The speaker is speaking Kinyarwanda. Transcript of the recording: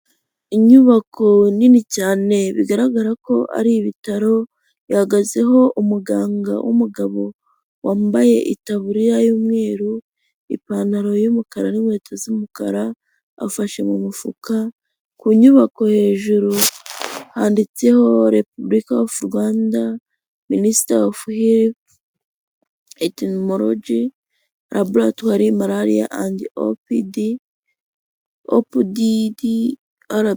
Inyubako nini cyane bigaragara ko ari ibitaro, ihagazeho umuganga w'umugabo wambaye itaburiya y'umweru, ipantaro y'umukara n'inkweto z'umukara afashe mu mufuka, ku nyubako hejuru handitseho repubulika ofu Rwanda, minisita ofu hi etimolojyi raburatwari marariya andi opudidi ara.